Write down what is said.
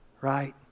Right